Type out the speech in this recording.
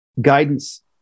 guidance –